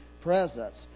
presence